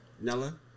Nella